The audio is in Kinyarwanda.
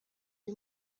ari